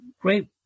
great